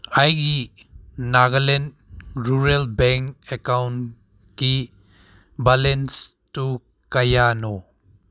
ꯑꯩꯒꯤ ꯅꯒꯥꯂꯦꯟ rural bank ꯑꯦꯛꯀꯥꯎꯟꯒꯤ ꯕꯦꯂꯦꯟꯁꯇꯨ ꯀꯌꯥꯅꯣ